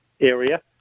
area